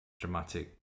dramatic